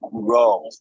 grow